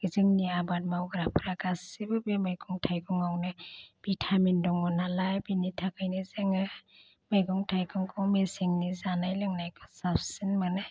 जोंनि आबाद मावग्राफ्रा गासिबो बे मैगं थाइगङावनो भिटामिन दङ नालाय बिनि थाखाइनो जोङो मैगं थाइगंखौ मेसेंनि जानाय लोंनायखौ साबसिन मोनो